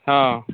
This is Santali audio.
ᱦᱚᱸ